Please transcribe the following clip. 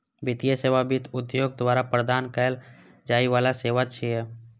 वित्तीय सेवा वित्त उद्योग द्वारा प्रदान कैल जाइ बला सेवा छियै